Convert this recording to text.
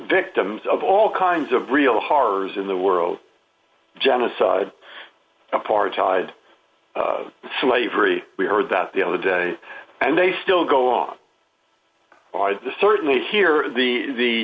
victims of all kinds of real horror as in the world genocide apartheid slavery we heard that the other day and they still go on certainly here the the